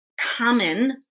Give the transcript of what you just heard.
common